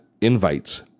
invites